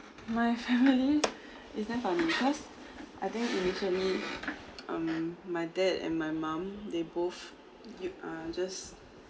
my family it's diff~ for me because I think initially um my dad and my mum they both y~ ah just